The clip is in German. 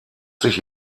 sich